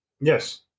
Yes